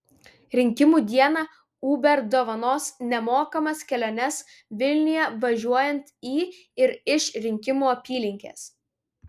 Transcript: rinkimų dieną uber dovanos nemokamas keliones vilniuje važiuojant į ir iš rinkimų apylinkės